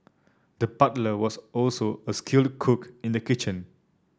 the was also a skilled cook in the kitchen